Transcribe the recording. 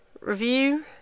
review